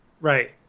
Right